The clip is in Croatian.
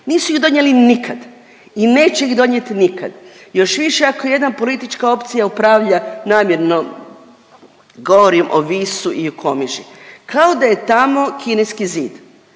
Nisu ju donijeli nikad i neće ih donijet nikad, još više ako jedna politička opcija upravlja namjerno govorim o Visu i o Komiži. Kao da je tamo Kineski zid.